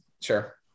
sure